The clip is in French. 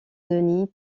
denis